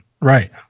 Right